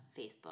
Facebook